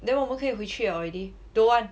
then 我们可以回去 already don't want